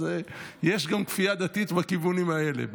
אז יש שם גם כפייה דתית בכיוונים האלה,